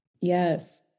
Yes